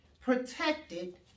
protected